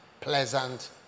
pleasant